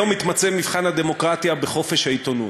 "היום מתמצה מבחן הדמוקרטיה בחופש העיתונות: